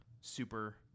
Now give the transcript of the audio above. super